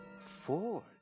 Ford